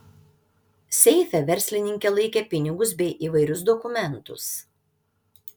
seife verslininkė laikė pinigus bei įvairius dokumentus